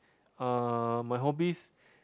uh my hobbies